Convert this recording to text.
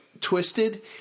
twisted